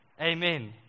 Amen